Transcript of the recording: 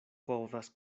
kovras